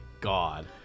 god